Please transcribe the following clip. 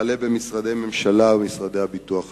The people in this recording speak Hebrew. וכלה במשרדי ממשלה ומשרדי הביטוח הלאומי.